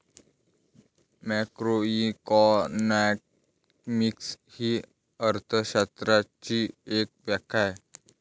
macroeconomics ही अर्थ शास्त्राची एक शाखा आहे